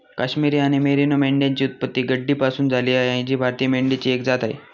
काश्मिरी आणि मेरिनो मेंढ्यांची उत्पत्ती गड्डीपासून झाली आहे जी भारतीय मेंढीची एक जात आहे